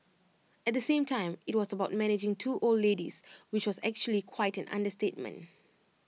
at the same time IT was about managing two old ladies which was actually quite an understatement